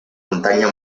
muntanya